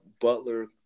Butler